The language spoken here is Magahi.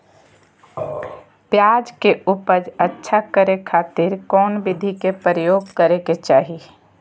प्याज के उपज अच्छा करे खातिर कौन विधि के प्रयोग करे के चाही?